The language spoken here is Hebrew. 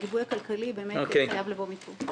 והגיבוי הכלכלי באמת חייב לבוא מפה.